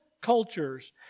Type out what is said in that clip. cultures